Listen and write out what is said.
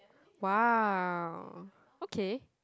!wow! okay